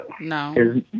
No